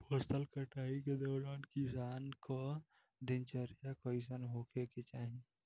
फसल कटाई के दौरान किसान क दिनचर्या कईसन होखे के चाही?